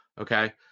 Okay